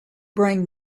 bring